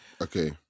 okay